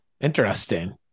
Interesting